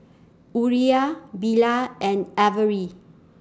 Uriah Bilal and Avery